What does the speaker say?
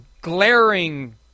glaring